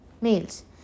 males